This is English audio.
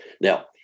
now